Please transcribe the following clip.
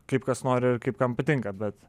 kaip kas nori ir kaip kam patinka bet